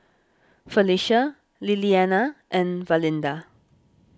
Felicia Lilyana and Valinda